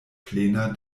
plena